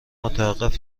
متوقف